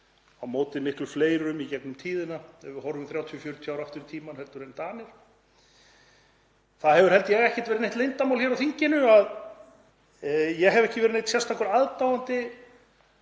á móti miklu fleirum í gegnum tíðina, þegar við horfum 30–40 ár aftur í tímann, heldur en Danir. Það hefur held ég ekki verið neitt leyndarmál hér í þinginu að ég hef ekki verið neinn sérstakur aðdáandi